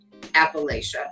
Appalachia